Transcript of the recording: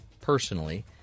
personally